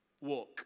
walk